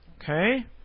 okay